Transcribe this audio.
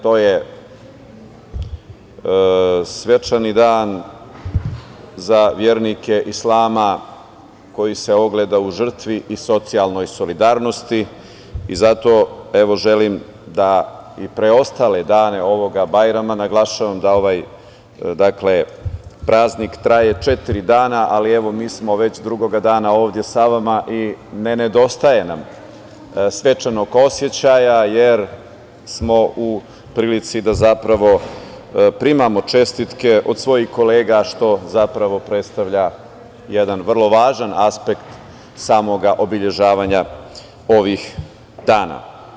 To je svečani dan za vernike islama, koji se ogleda u žrtvi i socijalnoj solidarnosti i zato, evo, želim da i preostale dane ovog Bajrama, naglašavam da ovaj praznik traje četiri dana, ali evo mi smo već drugog dana ovde sa vama i ne nedostaje nam stečenog osećaja, jer smo u prilici da primamo čestitke od svojih kolega, što zapravo predstavlja jedan vrlo važan aspekt samog obeležavanja ovih dana.